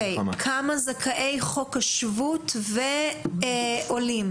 כמה זכאי חוק השבות ועולים?